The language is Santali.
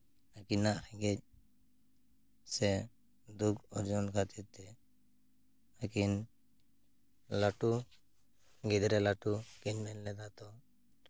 ᱟᱹᱠᱤᱱᱟᱜ ᱨᱮᱸᱜᱮᱡ ᱥᱮ ᱫᱩᱠ ᱚᱨᱡᱚᱱ ᱠᱷᱟᱹᱛᱤᱨ ᱛᱮ ᱟᱹᱠᱤᱱ ᱞᱟᱹᱴᱩ ᱜᱤᱫᱽᱨᱟᱹ ᱞᱟᱹᱴᱩ ᱠᱤᱱ ᱢᱮᱱ ᱞᱮᱫᱟ ᱛᱚ